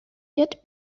yet